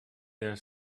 their